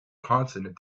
consonant